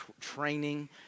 training